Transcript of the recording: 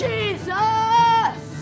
Jesus